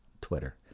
Twitter